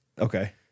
Okay